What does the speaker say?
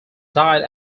died